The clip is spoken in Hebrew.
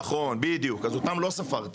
נכון, בדיוק, אז אותם לא ספרתי.